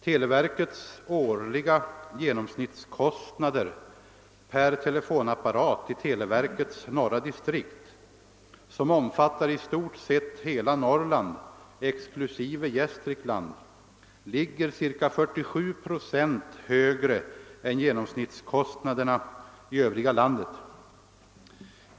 Televerkets årliga genomsnittskostnader per telefonapparat i televerkets norra distrikt, som i stort sett omfattar hela Norrland exklusive Gästrikland, ligger cirka 47 procent högre än genomsnittskostnaderna i övriga landet.